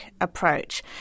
approach